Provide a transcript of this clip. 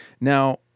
Now